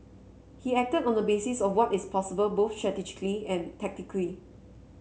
he acted on the basis of what is possible both strategically and tactically